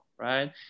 right